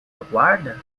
aguarda